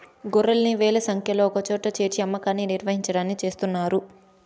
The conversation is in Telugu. గొర్రెల్ని వేల సంఖ్యలో ఒకచోట చేర్చి అమ్మకాన్ని నిర్వహించడాన్ని చేస్తున్నారు